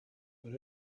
but